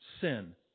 sin